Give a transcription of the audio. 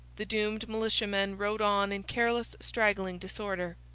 the doomed militiamen rowed on in careless, straggling disorder.